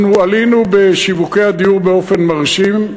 אנחנו עלינו בשיווקי הדיור באופן מרשים.